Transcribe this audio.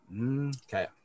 Okay